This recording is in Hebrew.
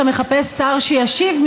שאתה מחפש שר שישיב,